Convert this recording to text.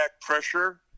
pressure